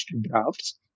drafts